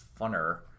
funner